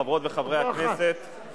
חברות וחברי הכנסת,